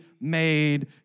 made